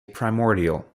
primordial